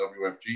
WFG